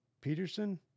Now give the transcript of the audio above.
Peterson